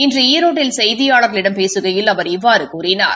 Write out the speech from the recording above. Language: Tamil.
இன்று ஈரோட்டில் செய்தியாளர்களிடம் பேசுகையில் அவர் இவ்வாறு கூறினார்